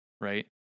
right